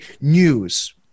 news